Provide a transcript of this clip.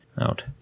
out